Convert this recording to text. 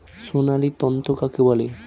সোনালী তন্তু কাকে বলে?